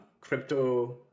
crypto